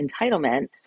entitlement